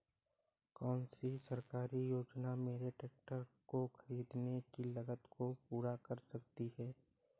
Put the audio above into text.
कौन सी सरकारी योजना मेरे ट्रैक्टर को ख़रीदने की लागत को पूरा कर सकती है?